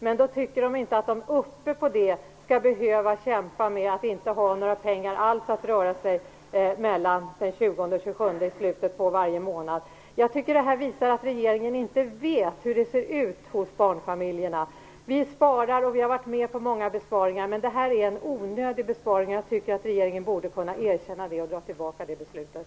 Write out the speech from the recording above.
Därför tycker de inte att de ovanpå detta skall behöva kämpa med att inte ha några pengar alls att röra sig med mellan den Jag tycker att detta visar att regeringen inte vet hur det ser ut hos barnfamiljerna. De sparar och de har varit med på många besparingar, men det här är en onödig besparing. Jag tycker att regeringen borde kunna erkänna det och dra tillbaka beslutet.